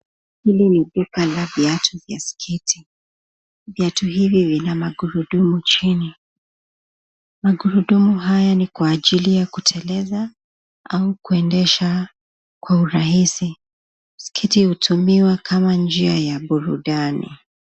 Hili ni duka la viatu vya sketi. Viatu hivi vina magurudumu chini. Magurudumu haya ni kwa ajili ya kuteleza au kuendesha kwa urahisi. Sketi hutumiwa kama njia ya burudani.